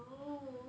oh